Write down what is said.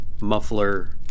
muffler